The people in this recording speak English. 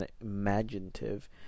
imaginative